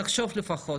נחשוב לפחות,